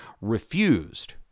refused